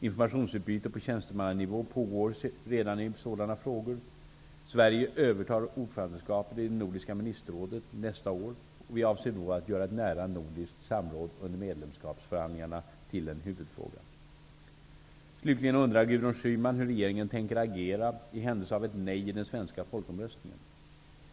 Informationsutbyte på tjänstemannanivå pågår redan i sådana frågor. Sverige övertar ordförandeskapet i det nordiska ministerrådet nästa år, och vi avser då att göra ett nära nordiskt samråd under medlemskapsförhandlingarna till en huvudfråga. Slutligen undrar Gudrun Schyman hur regeringen tänker agera i händelse av ett nej i den svenska folkomröstningen.